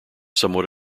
somewhat